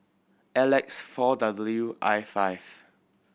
L X four W I five